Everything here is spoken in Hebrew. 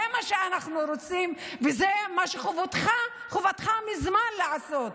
זה מה שאנחנו רוצים וזה מה שחובתך מזמן לעשות,